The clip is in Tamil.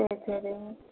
சரி சரி